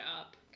up